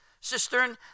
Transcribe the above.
cistern